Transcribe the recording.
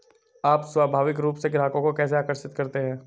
आप स्वाभाविक रूप से ग्राहकों को कैसे आकर्षित करते हैं?